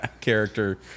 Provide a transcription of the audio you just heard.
character